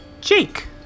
Jake